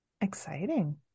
exciting